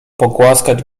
pogłaskać